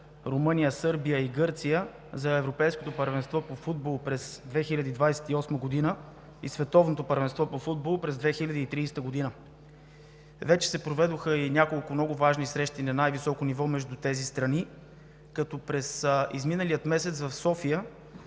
Румъния, Сърбия и Гърция за Европейското първенство по футбол през 2028 г. и Световното първенство по футбол през 2030 г. Вече се проведоха няколко много важни срещи на най-високо ниво между тези страни, като през изминалия месец в София